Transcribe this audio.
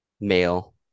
male